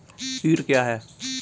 कीट क्या है?